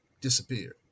disappeared